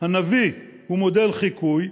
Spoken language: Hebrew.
הנביא הוא מודל חיקוי,